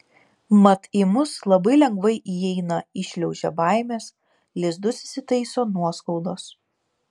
mat į mus labai lengvai įeina įšliaužia baimės lizdus įsitaiso nuoskaudos